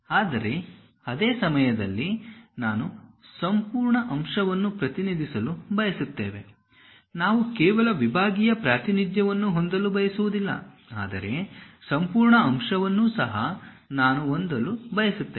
ಆದರೆ ಅದೇ ಸಮಯದಲ್ಲಿ ನಾವು ಸಂಪೂರ್ಣ ಅಂಶವನ್ನು ಪ್ರತಿನಿಧಿಸಲು ಬಯಸುತ್ತೇವೆ ನಾವು ಕೇವಲ ವಿಭಾಗೀಯ ಪ್ರಾತಿನಿಧ್ಯವನ್ನು ಹೊಂದಲು ಬಯಸುವುದಿಲ್ಲ ಆದರೆ ಸಂಪೂರ್ಣ ಅಂಶವನ್ನು ಸಹ ನಾನು ನೋಡಲು ಬಯಸುತ್ತೇನೆ